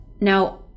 Now